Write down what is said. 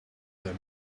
their